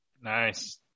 nice